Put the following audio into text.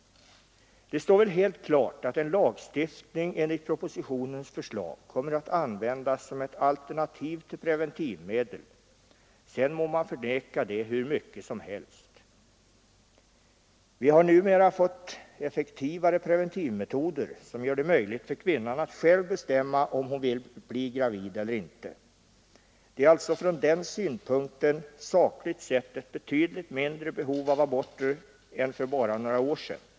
Det står väl helt klart att en lagstiftning enligt propositionens förslag kommer att användas som ett alternativ till preventivmedel — sedan må man förneka det hur mycket som helst. Vi har numera fått effektivare preventivmetoder, som gör det möjligt för kvinnan att själv bestämma om hon vill bli gravid eller inte. Det är alltså från den synpunkten sakligt sett ett betydligt mindre behov nu av aborter än för bara några år sedan.